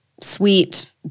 sweet